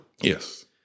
Yes